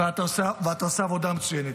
-- אתה עושה עבודה מצוינת.